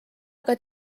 aga